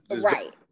right